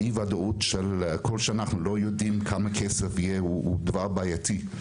אי הוודאות שאנחנו לא יודעים כמה כסף יהיה הוא דבר בעייתי.